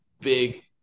big